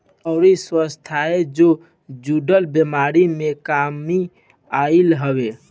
अउरी स्वास्थ्य जे जुड़ल बेमारी में कमी आईल हवे